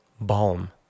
balm